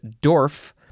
Dorf